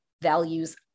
values